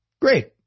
Great